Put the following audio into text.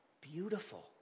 beautiful